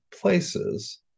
places